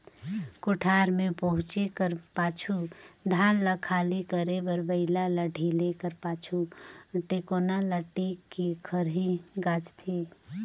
कोठार मे पहुचे कर पाछू धान ल खाली करे बर बइला ल ढिले कर पाछु, टेकोना ल टेक के खरही गाजथे